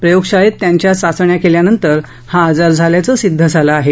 प्रयोगशाळेत त्यांच्या चाचण्या केल्यानंतर हा आजार झाल्याचं सिद्ध झालं आहे